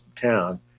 town